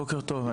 בוקר טוב.